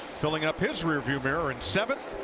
filling up his rearview mirror in seventh.